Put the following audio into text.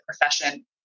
profession